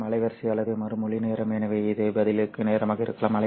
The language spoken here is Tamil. மற்றும் அலைவரிசை அல்லது மறுமொழி நேரம் எனவே இது பதிலளிக்கும் நேரமாக இருக்கலாம்